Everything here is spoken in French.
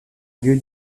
lieu